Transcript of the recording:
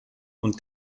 und